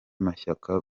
mashyaka